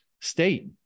state